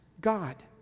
God